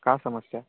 का समस्या